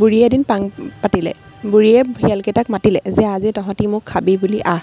বুঢ়ীয়ে এদিন পাং পাতিলে বুঢ়ীয়ে শিয়ালকেইটাক মাতিলে যে আজি তহঁতে মোক খাবি বুলি আহ